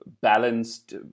balanced